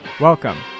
Welcome